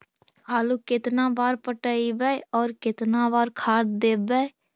आलू केतना बार पटइबै और केतना बार खाद देबै?